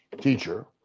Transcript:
teacher